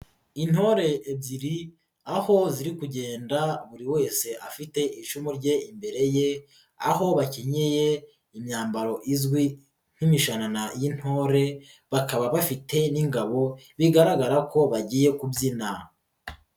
Intore ebyiri aho ziri kugenda buri wese afite icumu rye imbere ye aho bakenyeye imyambaro izwi nk'imishanana y'intore bakaba bafite n'ingabo bigaragara ko bagiye kubyina.